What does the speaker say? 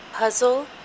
Puzzle